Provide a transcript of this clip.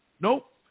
Nope